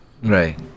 Right